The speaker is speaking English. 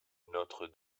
notre